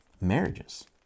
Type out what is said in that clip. marriages